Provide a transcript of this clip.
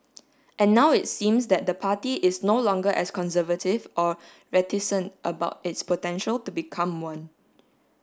and now it seems that the party is no longer as conservative or reticent about its potential to become one